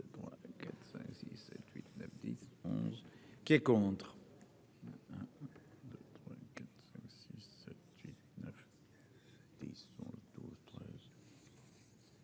Qui est contre